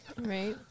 Right